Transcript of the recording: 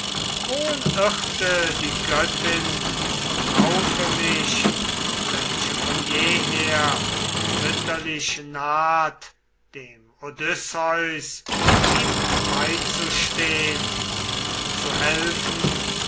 wohl irrte die göttin im laufe mich welche von jeher mütterlich naht dem odysseus ihm beizustehn und zu helfen